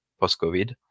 post-COVID